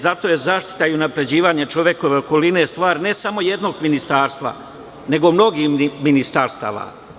Zato je zaštita i unapređivanje čovekove okoline stvar ne samo jednog ministarstva, nego mnogih ministarstava.